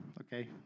Okay